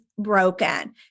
Broken